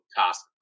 task